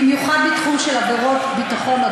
במיוחד של עבירות ביטחון,